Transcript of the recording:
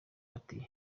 bati